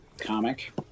comic